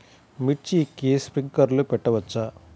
మిర్చికి స్ప్రింక్లర్లు పెట్టవచ్చా?